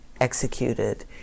executed